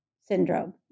syndrome